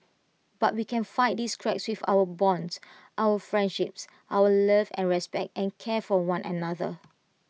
but we can fight these cracks with our bonds our friendships our love and respect and care for one another